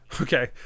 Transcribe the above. okay